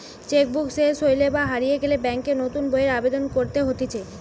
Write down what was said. check book সেস হইলে বা হারিয়ে গেলে ব্যাংকে নতুন বইয়ের আবেদন করতে হতিছে